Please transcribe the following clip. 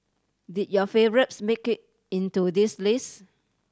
did your favourites make it into this list